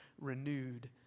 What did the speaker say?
renewed